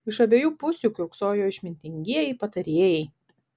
iš abiejų pusių kiurksojo išmintingieji patarėjai